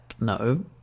no